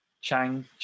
Chang